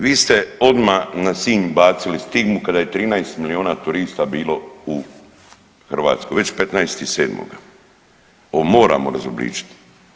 Vi ste odma na Sinj bacili stigmu kada je 13 milijuna turista bilo u Hrvatskoj već 15.7. ovo moramo razobličiti.